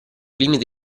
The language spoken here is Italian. limite